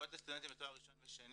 מלגות לסטודנטים לתואר ראשון ושני,